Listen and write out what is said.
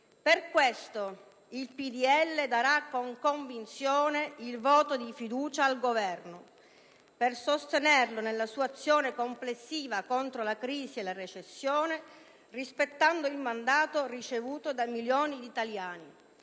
Per questo il PdL darà con convinzione il voto di fiducia al Governo, per sostenerlo nella sua azione complessiva contro la crisi e la recessione, rispettando il mandato ricevuto da milioni di italiani